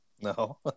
no